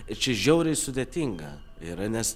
ir čia žiauriai sudėtinga yra nes